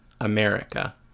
America